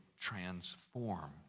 transform